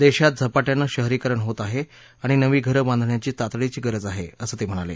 देशात झपाट्यानं शहरीकरण होत आहे आणि नवी घरं बांधण्याची तातडीची गरज आहे असं ते म्हणाले